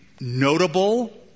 notable